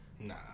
Nah